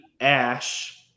ash